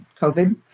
COVID